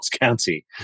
County